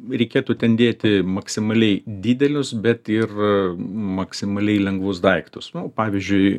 reikėtų ten dėti maksimaliai didelius bet ir maksimaliai lengvus daiktus pavyzdžiui